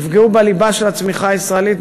יפגעו בליבה של הצמיחה הישראלית,